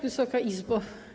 Wysoka Izbo!